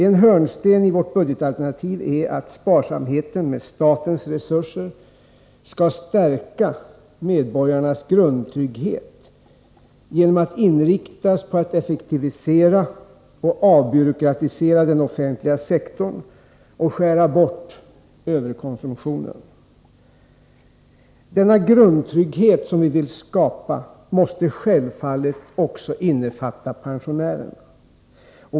En hörnsten i vårt budgetalternativ är att sparsamheten med statens resurser skall stärka medborgarnas grundtrygghet genom att inriktas på att effektivisera och avbyråkratisera den offentliga sektorn och skära bort överkonsumtionen. Denna grundtrygghet som vi vill skapa måste självfallet också innefatta pensionärerna.